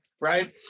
right